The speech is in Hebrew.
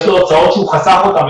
יש לו הוצאות שהוא חתך אותן,